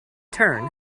turn